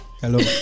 Hello